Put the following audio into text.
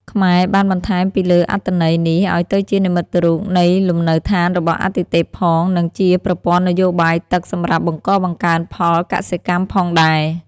ខ្មែរ បានបន្ថែមពីលើអត្ថន័យ នេះ អោយទៅជានិមិត្តរូបនៃលំនៅឋានរបស់អាទិទេពផង និងជាប្រពន្ធ័នយោបាយទឹកសំរាប់បង្កបង្កើនផលកសិកម្មផងដែរ ។